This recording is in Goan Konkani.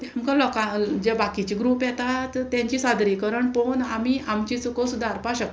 तेंका लोकां जे बाकीचे ग्रूप येतात तेंची सादरीकरण पोवन आमी आमची चुको सुदारपाक शकता